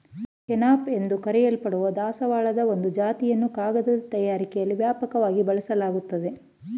kenaf ಎಂದು ಕರೆಯಲ್ಪಡುವ ದಾಸವಾಳದ ಒಂದು ಜಾತಿಯನ್ನು ಕಾಗದ ತಯಾರಿಕೆಲಿ ವ್ಯಾಪಕವಾಗಿ ಬಳಸಲಾಗ್ತದೆ